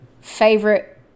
favorite